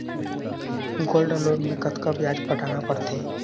Gold loan मे कतका ब्याज पटाना पड़थे?